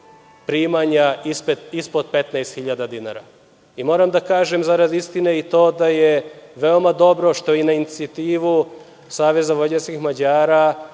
primanja ispod 15.000 dinara. Moram da kažem, zarad istine i to da je veoma dobro što na inicijativu Saveza vojvođanskih Mađara,